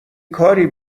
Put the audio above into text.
کاری